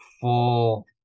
full